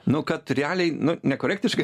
nu kad realiai nu nekorektiška